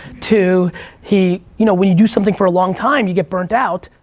two he, you know when you do something for a long time you get burnt out.